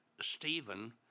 Stephen